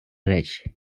речі